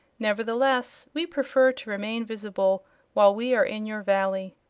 nevertheless, we prefer to remain visible while we are in your valley.